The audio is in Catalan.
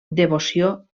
devoció